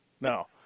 no